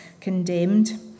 condemned